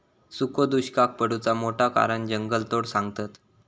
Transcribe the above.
सुखो दुष्काक पडुचा मोठा कारण जंगलतोड सांगतत